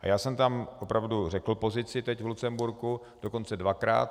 Já jsem tam opravdu řekl pozici teď v Lucemburku, dokonce dvakrát.